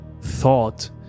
thought